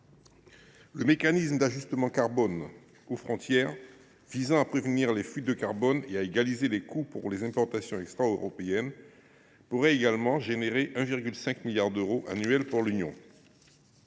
Le mécanisme d’ajustement carbone aux frontières, qui vise à prévenir les fuites de carbone et à égaliser les coûts pour les importations extraeuropéennes, pourrait également rapporter 1,5 milliard d’euros annuels à l’Union